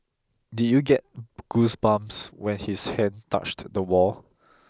did you get goosebumps when his hand touched the wall